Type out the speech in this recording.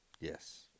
Yes